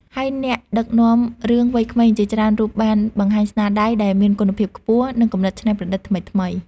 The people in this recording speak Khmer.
ហើយអ្នកដឹកនាំរឿងវ័យក្មេងជាច្រើនរូបបានបង្ហាញស្នាដៃដែលមានគុណភាពខ្ពស់ និងគំនិតច្នៃប្រឌិតថ្មីៗ។